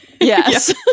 Yes